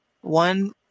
one